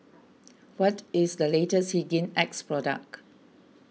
what is the latest Hygin X Product